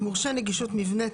"מורשה נגישות מבנים,